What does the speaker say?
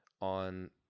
on